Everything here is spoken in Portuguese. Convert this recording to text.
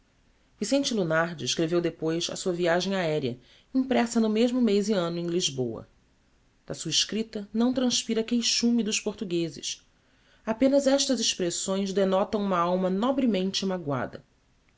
a veiros vicente lunardi escreveu depois a sua viagem aerea impressa no mesmo mez e anno em lisboa da sua escripta não transpira queixume dos portuguezes apenas estas expressões denotam uma alma nobremente magoada